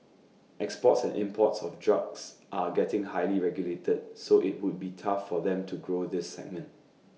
exports and imports of drugs are getting highly regulated so IT would be tough for them to grow this segment